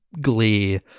glee